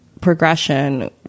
progression